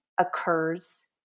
occurs